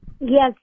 Yes